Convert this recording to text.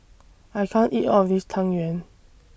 I can't eat All of This Tang Yuen